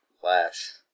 flash